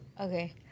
Okay